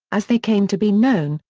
as they came to be known,